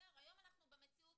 היום אנחנו במציאות